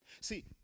See